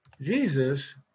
Jesus